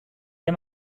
der